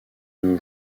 nos